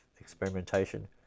experimentation